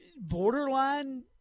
Borderline